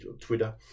Twitter